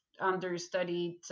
understudied